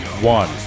One